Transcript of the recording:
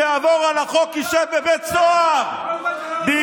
קיבלת תפקיד, שר.